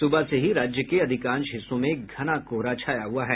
सुबह से ही राज्य के अधिकांश हिस्सों में घना कोहरा छाया हुआ है